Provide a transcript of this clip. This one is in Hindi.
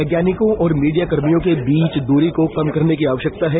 वैज्ञानिकों और मीडिया कर्मियों के बीच दूरी को कम करने की आवश्यकता है